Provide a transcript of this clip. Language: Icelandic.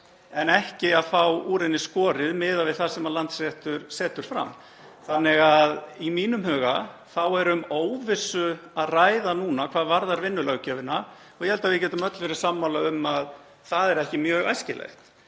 en ekki að fá úr henni skorið miðað við það sem Landsréttur setur fram. Í mínum huga er því um óvissu að ræða núna hvað varðar vinnulöggjöfina og ég held að við getum öll verið sammála um að það er ekki mjög æskilegt.